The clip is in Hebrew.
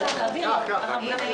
משרד הבריאות מסכימים?